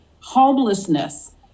homelessness